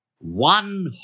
one